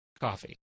coffee